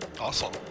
Awesome